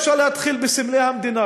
אפשר להתחיל בסמלי המדינה,